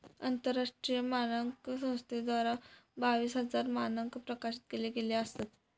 आंतरराष्ट्रीय मानांकन संस्थेद्वारा बावीस हजार मानंक प्रकाशित केले गेले असत